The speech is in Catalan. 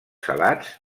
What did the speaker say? salats